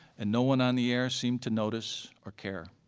and no one on the air seemed to notice or care.